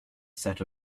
set